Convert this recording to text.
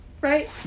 right